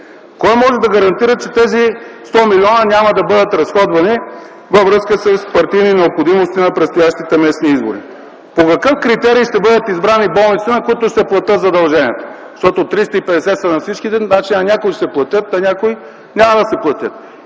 Кой може да гарантира, че тези 100 милиона няма да бъдат разходвани във връзка с партийни необходимости на предстоящите местни избори? По какъв критерий ще бъдат избрани болниците, на които ще се платят задълженията? Защото 350 са на всичките, значи на някои ще се платят, на някои няма да се платят.